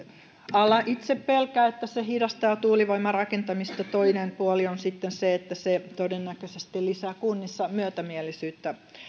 ala itse pelkää että se hidastaa tuulivoimarakentamista toinen puoli on sitten se että se todennäköisesti lisää kunnissa myötämielisyyttä